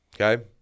okay